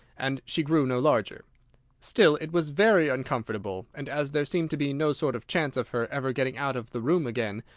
and she grew no larger still it was very uncomfortable, and, as there seemed to be no sort of chance of her ever getting out of the room again,